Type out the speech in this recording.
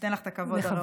ניתן לך את הכבוד הראוי.